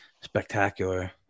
spectacular